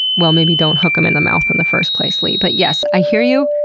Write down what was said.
well, maybe don't hook them in the mouth in the first place, lee, but yes i hear you,